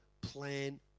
plan